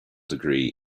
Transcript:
degree